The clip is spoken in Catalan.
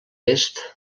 est